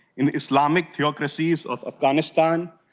and islamic theocracies of afghanistan,